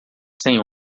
sem